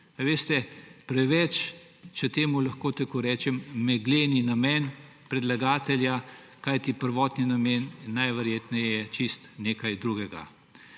Veste, preveč, če temu lahko tako rečem, meglen namen predlagatelja, kajti prvotni namen je najverjetneje nekaj čisto drugega.